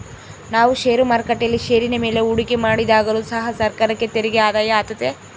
ನಾವು ಷೇರು ಮಾರುಕಟ್ಟೆಯಲ್ಲಿ ಷೇರಿನ ಮೇಲೆ ಹೂಡಿಕೆ ಮಾಡಿದಾಗಲು ಸಹ ಸರ್ಕಾರಕ್ಕೆ ತೆರಿಗೆ ಆದಾಯ ಆತೆತೆ